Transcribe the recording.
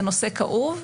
זה נושא כאוב.